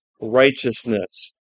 righteousness